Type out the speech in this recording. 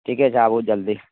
ठिके छै आबू जल्दी